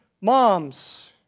moms